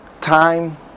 time